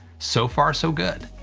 so far, so good,